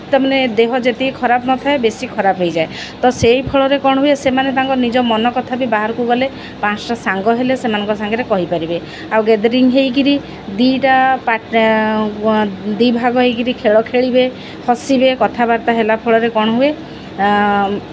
ତ ମାନେ ଦେହ ଯେତିକି ଖରାପ ନଥାଏ ବେଶୀ ଖରାପ ହୋଇଯାଏ ତ ସେହି ଫଳରେ କ'ଣ ହୁଏ ସେମାନେ ତାଙ୍କ ନିଜ ମନ କଥା ବି ବାହାରକୁ ଗଲେ ପାଞ୍ଚଟା ସାଙ୍ଗ ହେଲେ ସେମାନଙ୍କ ସାଙ୍ଗରେ କହିପାରିବେ ଆଉ ଗେଦ୍ରିଙ୍ଗ୍ ହୋଇକରି ଦୁଇଟା ଦୁଇ ଭାଗ ହୋଇକରି ଖେଳ ଖେଳିବେ ହସିବେ କଥାବାର୍ତ୍ତା ହେଲା ଫଳରେ କ'ଣ ହୁଏ